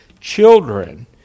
children